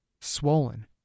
swollen